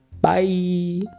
Bye